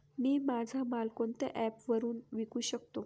मी माझा माल कोणत्या ॲप वरुन विकू शकतो?